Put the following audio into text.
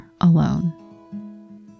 alone